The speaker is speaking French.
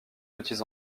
petits